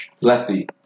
Lefty